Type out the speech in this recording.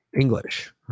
English